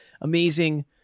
Amazing